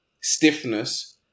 stiffness